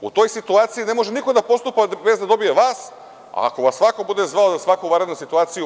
U toj situaciji ne može niko da postupa bez da dobije vas, a ako vas svako bude zvao za svaku vanrednu situaciju.